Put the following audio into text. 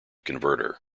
converter